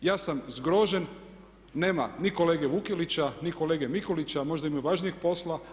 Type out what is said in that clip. Ja sam zgrožen, nema ni kolege Vukelića, ni kolege Mikulića, možda imaju važnijeg posla.